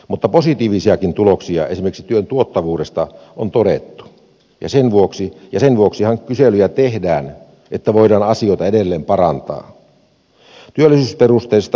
mutta positiivisiakin tuloksia esimerkiksi työn tuottavuudesta on todettu ja sen vuoksihan kyselyjä tehdään että voidaan asioita edelleen parantaa